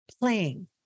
playing